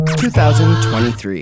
2023